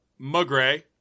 Mugray